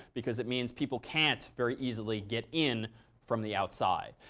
because it means people can't very easily get in from the outside.